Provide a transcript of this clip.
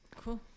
Cool